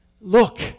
Look